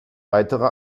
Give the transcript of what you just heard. weitere